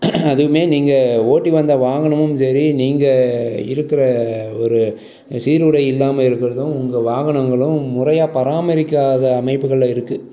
அதுவும் நீங்கள் ஓட்டி வந்த வாகனமும் சரி நீங்கள் இருக்கிற ஒரு சீருடை இல்லாமல் இருக்கிறதும் உங்கள் வாகனங்களும் முறையாக பராமரிக்காத அமைப்புகளில் இருக்குது